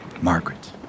Margaret